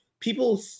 people